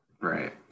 Right